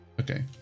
Okay